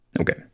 Okay